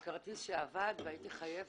על כרטיס שאבד ובעקבות זה הייתי חייבת